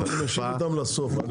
נשאיר אותם לסוף.